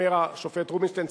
אומר השופט רובינשטיין,